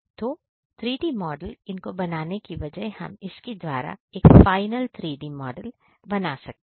तो 3D model इनको बनाने के वजह हम इसके द्वारा एक फाइनल 3D मॉडल बना सकते हैं